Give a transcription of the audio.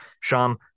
Sham